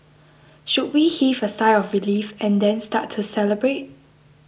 should we heave a sigh of relief and then start to celebrate